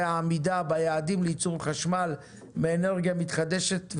והעמידה ביעדים לייצור חשמל באנרגיה מתחדשת,